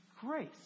grace